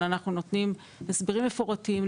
אבל אנחנו נותנים הסברים מפורטים,